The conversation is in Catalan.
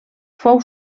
fou